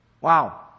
Wow